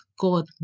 God